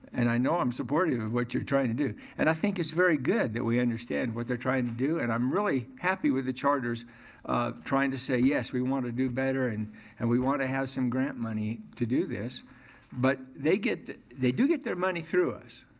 and i know i'm supportive of what you're trying to do and i think it's very good that we understand what they're trying to do and i'm really happy with the charters trying to say, yes, we want to do better and and we want to have some grant money to do this but they get, they do get their money through us.